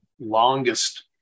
longest